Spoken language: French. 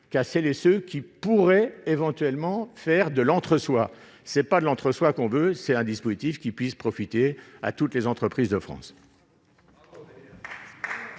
casser les ce qui pourrait éventuellement faire de l'entre-soi c'est pas de l'entre-soi qu'on veut, c'est un dispositif qui puisse profiter à toutes les entreprises de France.